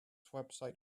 website